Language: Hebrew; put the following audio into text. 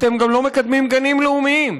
אתם גם לא מקדמים גנים לאומיים.